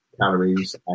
calories